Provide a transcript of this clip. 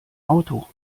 auto